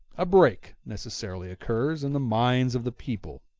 a break necessarily occurs in the minds of the people.